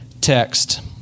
text